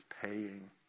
paying